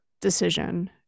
decision